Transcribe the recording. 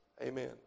Amen